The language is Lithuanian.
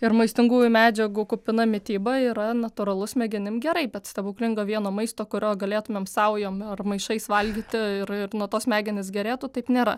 ir maistingųjų medžiagų kupina mityba yra natūralu smegenim gerai bet stebuklingo vieno maisto kurio galėtumėm saujom ar maišais valgyti ir ir nuo to smegenys gerėtų taip nėra